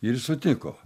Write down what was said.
ir jis sutiko